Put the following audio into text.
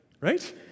Right